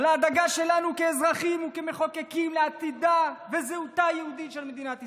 על הדאגה שלנו כאזרחים וכמחוקקים לעתידה וזהותה היהודית של מדינת ישראל.